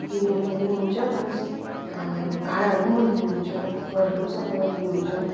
दिनु पनि हुन्छ प्लस भाँडाहरू पनि मोलिदिनु हुन्छ घरहरू पनि सफा गरिदिनु हुन्छ